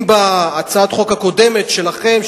אם לפי הצעת החוק הקודמת שלכם,